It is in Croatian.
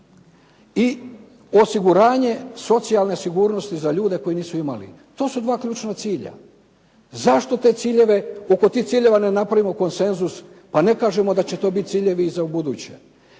i osiguranje socijalne sigurnosti za ljude koji nisu imali. To su dva ključna cilja. Zašto oko tih ciljeva ne napravimo konsenzus pa ne kažemo da će to biti ciljevi i za ubuduće.